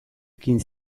ekin